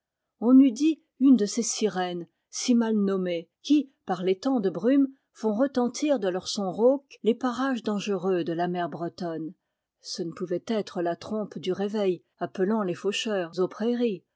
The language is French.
on eût dit une de ces sirènes si mal nommées qui par les temps de brume font retentir de leurs sons rauques les parages dangereux de la mer bretonne ce ne pouvait être la trompe du réveil appelant les faucheurs aux prairies